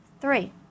Three